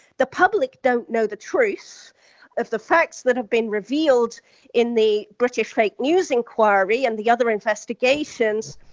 the public don't know the truth of the facts that have been revealed in the british fake news inquiry and the other investigations,